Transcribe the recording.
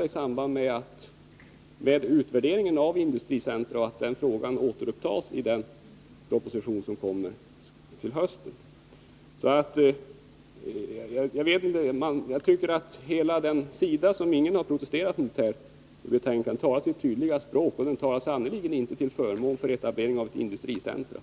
i samband med utvärderingen av industricentra får vi avvakta att den frågan återupptas i den proposition som kommer till hösten. Jag tycker att hela den sida som ingen har protesterat mot här i betänkandet talar sitt tydliga språk, och det är sannerligen inte till förmån för etablering av industricentra.